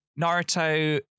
Naruto